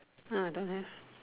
ha don't have